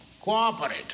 cooperate